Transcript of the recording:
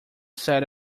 said